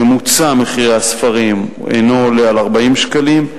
ממוצע מחירי הספרים אינו עולה על 40 שקלים.